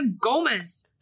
Gomez